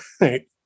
right